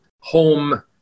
home